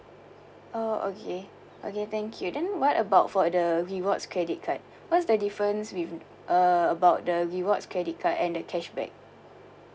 oh okay okay thank you then what about for the rewards credit card what's the difference with uh about the rewards credit card and the cashback